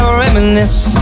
reminisce